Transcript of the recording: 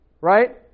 right